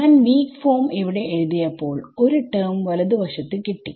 ഞാൻ വീക് ഫോംഇവിടെ എഴുതിയപ്പോൾ ഒരു ടെർമ് വലതു വശത്തു കിട്ടി